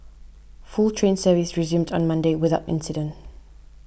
full train service resumed on Monday without incident